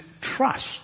trust